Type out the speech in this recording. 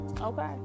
Okay